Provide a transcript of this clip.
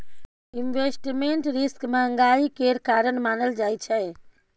investment risk महंगाई केर कारण मानल जाइ छै